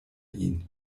ihn